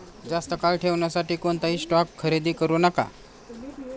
जास्त काळ ठेवण्यासाठी कोणताही स्टॉक खरेदी करू नका